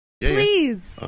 Please